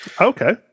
okay